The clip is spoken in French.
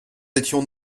étions